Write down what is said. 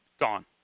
gone